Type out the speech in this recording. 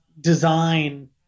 design